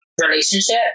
relationship